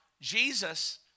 Jesus